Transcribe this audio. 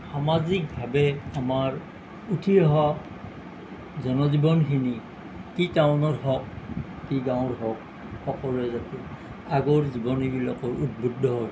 সামাজিকভাৱে আমাৰ উঠি অহা জন জীৱনখিনি কি টাউনৰ হওক কি গাঁৱৰ হওক সকলোৱে যাতে আগৰ জীৱনীবিলাকৰ উদ্বুদ্ধ হৈ